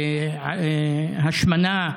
השמנה.